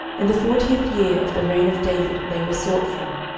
in the fortieth year of the reign of david they were sought for,